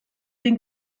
den